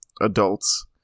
adults